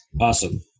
Awesome